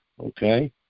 Okay